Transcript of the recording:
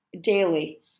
daily